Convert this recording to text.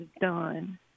done